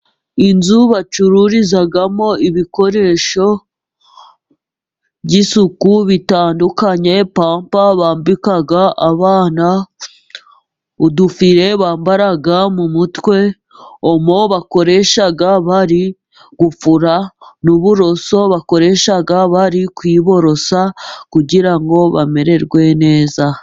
Inzu bacururizamo ibikoresho by'isuku bitandukanye, pampa bambika abana, udufire bambara mu mutwe, omo bakoresha bari gufura, n'uburoso bakoresha bari kwiborosa, kugira ngo bamererwe neza.